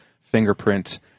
fingerprint